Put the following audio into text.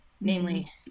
namely